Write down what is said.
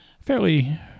fairly